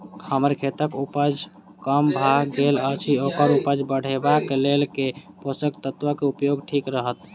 हम्मर खेतक उपज कम भऽ गेल अछि ओकर उपज बढ़ेबाक लेल केँ पोसक तत्व केँ उपयोग ठीक रहत?